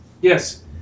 Yes